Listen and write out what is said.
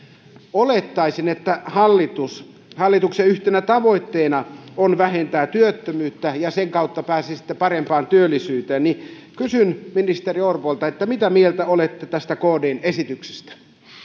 olettaisin että hallituksen yhtenä tavoitteena on vähentää työttömyyttä ja sen kautta pääsisitte parempaan työllisyyteen kysyn ministeri orpolta mitä mieltä olette tästä kdn esityksestä